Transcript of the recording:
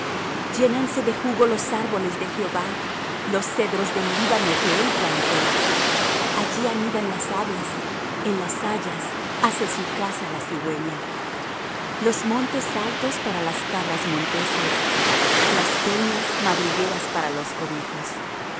llénanse de jugo los árboles de jehová los cedros del líbano que él plantó allí anidan las aves en las hayas hace su casa la cigüeña los montes altos para las cabras monteses las peñas madrigueras para los conejos